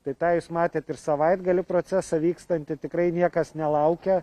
tai tą jūs matėt ir savaitgalį procesą vykstantį tikrai niekas nelaukia